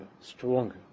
stronger